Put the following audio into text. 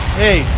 hey